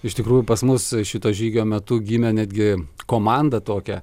iš tikrųjų pas mus šito žygio metu gimė netgi komanda tokia